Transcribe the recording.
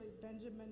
Benjamin